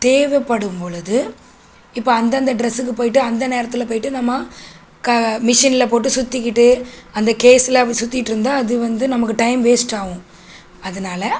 தேவைப்படும் பொழுது இப்போ அந்தந்த ட்ரெஸ்ஸுக்கு போய்ட்டு அந்த நேரத்தில் போய்ட்டு நம்ம க மிஷின்ல போட்டு சுற்றிக்கிட்டு அந்த கேஸ்ல அப்படி சுத்திகிட்ருந்தா அது வந்து நமக்கு டைம் வேஸ்ட் ஆகும் அதனால